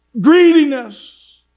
Greediness